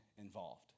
involved